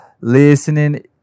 Listening